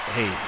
Hey